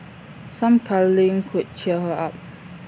some cuddling could cheer her up